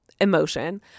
emotion